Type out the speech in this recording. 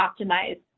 optimize